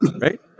right